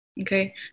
Okay